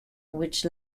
which